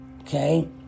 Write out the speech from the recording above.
okay